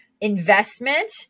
investment